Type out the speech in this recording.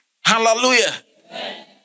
Hallelujah